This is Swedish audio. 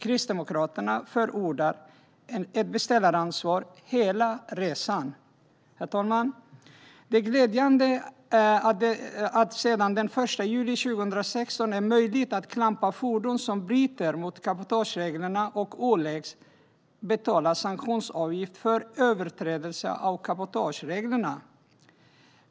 Kristdemokraterna förordar ett beställaransvar som gäller hela resan. Herr ålderspresident! Det är glädjande att det sedan den 1 juli 2016 är möjligt att klampa fordon som bryter mot cabotagereglerna och åläggs att betala sanktionsavgift för överträdelse av cabotagereglerna.